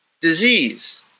disease